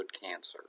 cancer